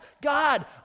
God